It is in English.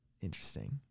Interesting